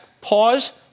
pause